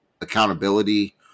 accountability